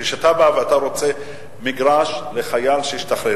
כשאתה בא ורוצה מגרש לחייל שהשתחרר,